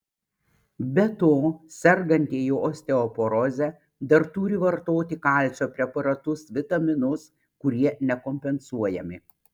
be to sergantieji osteoporoze dar turi vartoti kalcio preparatus vitaminus kurie nekompensuojami